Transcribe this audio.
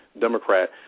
Democrat